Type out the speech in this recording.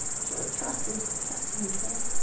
shoulda trusted trusted you pillow.